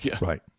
Right